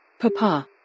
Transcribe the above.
Papa